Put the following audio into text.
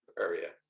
area